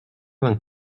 vingt